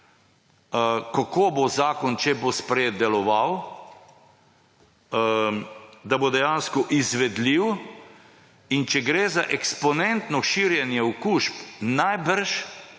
kako bo zakon, če bo sprejet, deloval, da bo dejansko izvedljiv. Če gre za eksponentno širjenje okužb,